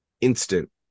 instant